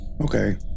Okay